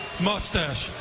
mustache